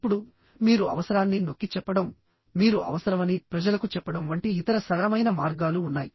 ఇప్పుడు మీరు అవసరాన్ని నొక్కిచెప్పడం మీరు అవసరమని ప్రజలకు చెప్పడం వంటి ఇతర సరళమైన మార్గాలు ఉన్నాయి